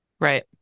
right